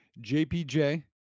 JPJ